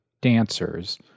dancers